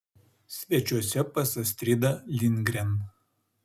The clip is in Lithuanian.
svečiuose pas astridą lindgren